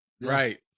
right